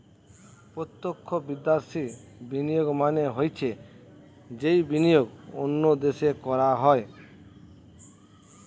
প্রত্যক্ষ বিদ্যাশি বিনিয়োগ মানে হৈছে যেই বিনিয়োগ অন্য দেশে করা হয়